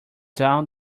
down